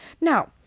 Now